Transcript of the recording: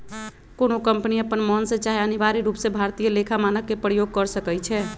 कोनो कंपनी अप्पन मन से चाहे अनिवार्य रूप से भारतीय लेखा मानक के प्रयोग कर सकइ छै